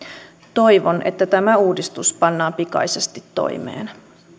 toivon että tämä uudistus pannaan pikaisesti toimeen